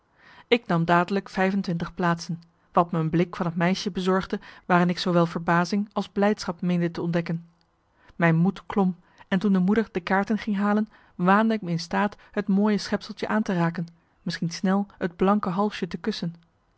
ik nam dadelijk vijf en twintig plaatsen wat me een blik van het meisje bezorgde waarin ik zoowel verbazing als blijdschap meende te ontdekken mijn moed klom en toen de moeder de kaarten ging halen waande ik me in staat het mooie schepseltje aan te raken misschien snel het blanke halsje te kussen